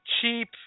cheap